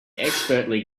expertly